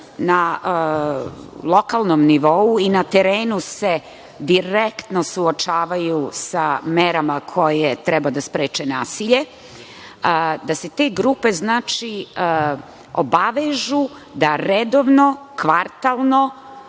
na lokalnom nivou i na terenu se direktno suočavaju sa merama koje trebaju da spreče nasilje, da se te grupe obavežu da redovno, kvartalno